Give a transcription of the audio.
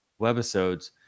webisodes